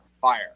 fire